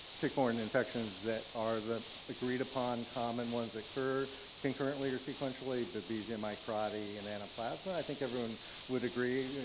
tick-borne infections that are the agreed-upon common ones that occur concurrently or sequentially, babesia microti and anaplasma. i think everyone would agree.